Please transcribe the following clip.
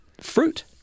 Fruit